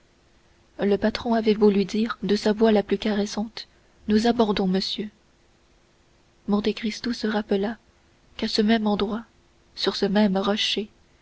le patron avait beau lui dire de sa voix la plus caressante nous abordons monsieur monte cristo se rappela qu'à ce même endroit sur ce même rocher